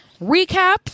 recap